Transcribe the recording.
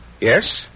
Yes